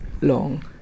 long